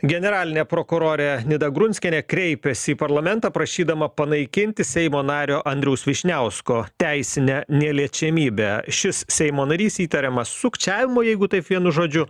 generalinė prokurorė nida grunskienė kreipėsi į parlamentą prašydama panaikinti seimo nario andriaus vyšniausko teisinę neliečiamybę šis seimo narys įtariamas sukčiavimu jeigu taip vienu žodžiu